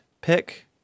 pick